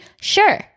Sure